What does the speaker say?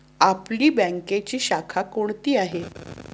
आपली बँकेची शाखा कोणती आहे